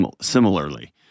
similarly